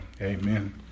Amen